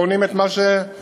ועונים את מה שעונים.